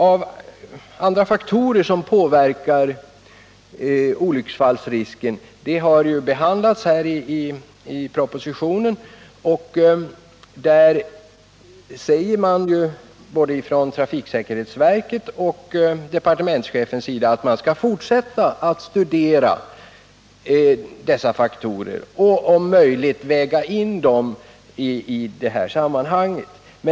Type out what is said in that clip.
De andra faktorer som påverkar olycksfallsfrekvensen har behandlats i propositionen. Både trafiksäkerhetsverket och departementschefen har framhållit att man bör fortsätta att studera dessa faktorer och om möjligt väga in dem i det här sammanhanget.